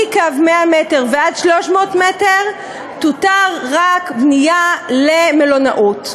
מקו 100 מטר ועד 300 מטר תותר רק בנייה למלונאות,